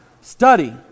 Study